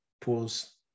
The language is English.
pause